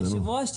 היושב ראש,